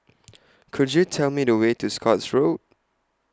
Could YOU Tell Me The Way to Scotts Road